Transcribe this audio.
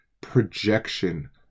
projection